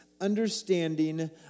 understanding